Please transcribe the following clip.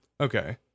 Okay